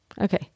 Okay